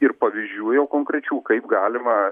ir pavyzdžių jau konkrečių kaip galima